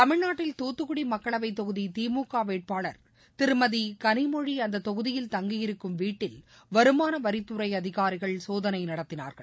தமிழ்நாட்டில் தூத்துக்குடமக்களவைத் தொகுதிதிமுகவேட்பாளா் திருமதிகனிமொழிஅந்ததொகுதியில் தங்கியிருக்கும் வீட்டில் வருமானவரித்துறைஅதிகாரிகள் சோதனைநடத்தினார்கள்